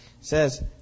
says